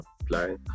apply